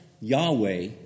Yahweh